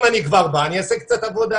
אם אני כבר בא אני אעשה קצת עבודה.